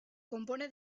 compone